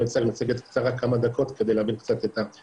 מצגת קצרה של כמה דקות, כדי להבין את התופעה.